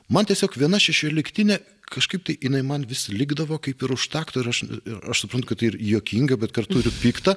man tiesiog viena šešioliktinė kažkaip tai jinai man vis likdavo kaip ir už takto ir aš ir aš suprantu kad tai ir juokinga bet kartu ir pikta